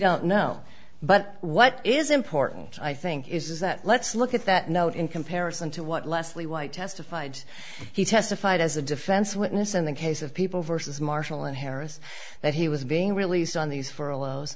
don't know but what is important i think is that let's look at that note in comparison to what leslie white testified he testified as a defense witness in the case of people versus marshall and harris that he was being released on these f